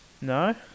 no